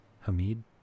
hamid